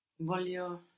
Voglio